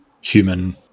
human